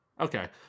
Okay